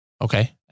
Okay